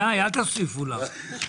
די, אל תוסיפו לה.